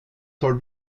soll